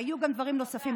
היו דברים נוספים,